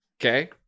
okay